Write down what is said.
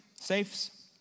safes